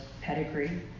pedigree